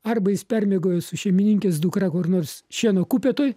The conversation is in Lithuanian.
arba jis permiegojo su šeimininkės dukra kur nors šieno kupetoj